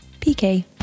pk